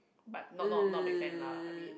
but not not not big fan lah I mean